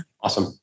Awesome